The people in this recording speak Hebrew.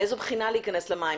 מאיזו בחינה להיכנס למים?